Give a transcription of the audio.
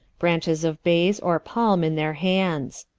branches of bayes or palme in their hands.